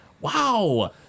Wow